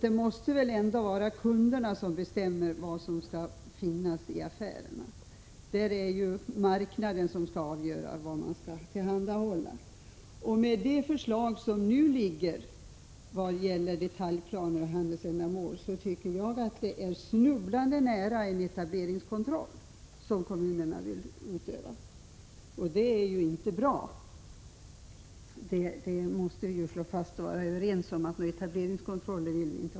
Det måste väl ändå vara kunderna som bestämmer vad som bör finnas i affärerna — det är ju marknaden som avgör vad som skall tillhandahållas. Det förslag om detaljplaner för handelsändamål som nu föreligger tycker jag ligger snubblande nära en etableringskontroll som kommunerna vill utöva, och det är inte bra. Vi måste slå fast att vi inte vill ha någon etableringskontroll.